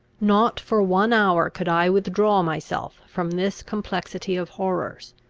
not for one hour could i withdraw myself from this complexity of horrors,